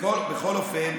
בכל אופן,